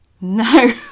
No